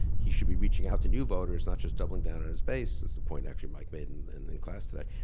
he should be reaching out to new voters not just doubling down on his base. that's the point, actually, mike made and in the class today.